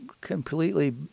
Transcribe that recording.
completely